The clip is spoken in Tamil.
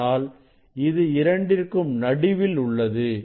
ஆனால் இது இரண்டிற்கும் நடுவில் உள்ளது